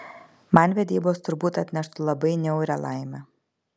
man vedybos turbūt atneštų labai niaurią laimę